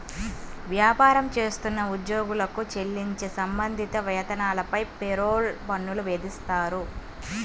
వ్యాపారం చేస్తున్న ఉద్యోగులకు చెల్లించే సంబంధిత వేతనాలపై పేరోల్ పన్నులు విధిస్తారు